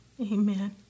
amen